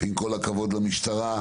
עם כל הכבוד למשטרה,